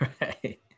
right